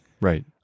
right